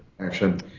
action